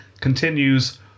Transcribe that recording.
Continues